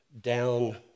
down